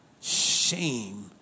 Shame